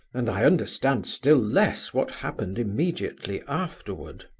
and i understand still less what happened immediately afterward.